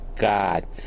God